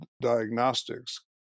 diagnostics